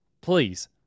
Please